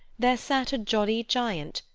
there sat a jolly giant,